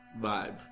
vibe